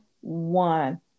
one